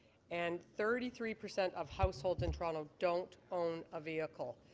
and thirty three percent of households in toronto don't own a vehicle.